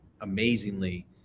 amazingly